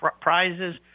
prizes